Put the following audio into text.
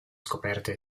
scoperte